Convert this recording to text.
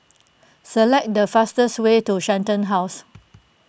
select the fastest way to Shenton House